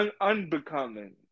unbecoming